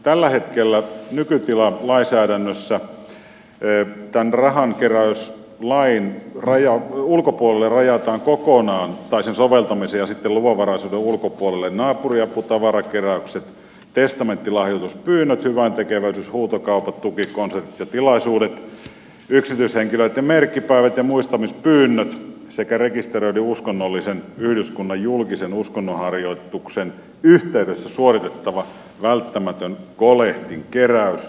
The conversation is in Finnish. tällä hetkellä nykytila lainsäädännössä on se että tässä rahankeräyslaissa rajataan kokonaan lain soveltamisen ja sitten luvanvaraisuuden ulkopuolelle naapuriapu tavarakeräykset testamenttilahjoituspyynnöt hyväntekeväisyyshuutokaupat tukikonsertit ja tilaisuudet yksityishenkilöitten merkkipäivä ja muistamispyynnöt sekä rekisteröidyn uskonnollisen yhdyskunnan julkisen uskonnonharjoituksen yhteydessä suoritettava välttämätön kolehdin keräys